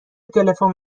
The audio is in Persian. تلفن